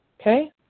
okay